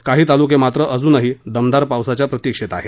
काही तालुके मात्र अजुनही दमदार पावसाच्या प्रतिक्षेत आहेत